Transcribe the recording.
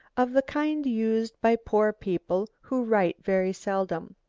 of the kind used by poor people who write very seldom.